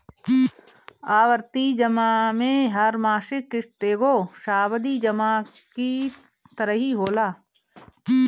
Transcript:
आवर्ती जमा में हर मासिक किश्त एगो सावधि जमा की तरही होला